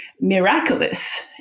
miraculous